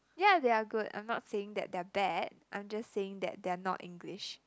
yeah they are good I'm not saying that they're bad I'm just saying that they're not English